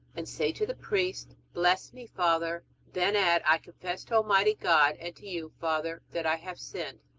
and say to the priest, bless me, father then add, i confess to almighty god and to you, father, that i have sinned.